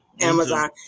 Amazon